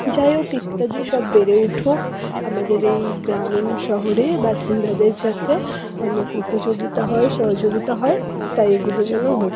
যাই হোক ইত্যাদি সব বেড়ে উঠুক আমাদের এই গ্রামীণ শহরের বাসিন্দাদের যাতে অনেক উপযোগিতা হয় সহযোগিতা হয় তাই এইগুলো যেন হোক